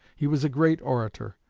he was a great orator,